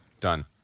done